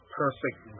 perfect